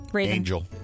Angel